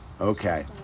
Okay